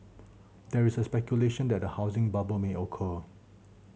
there is speculation that a housing bubble may occur